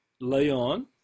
Leon